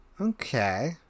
Okay